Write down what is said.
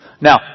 now